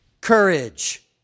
courage